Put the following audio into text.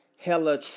Hella